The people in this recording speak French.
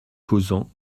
causant